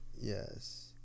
yes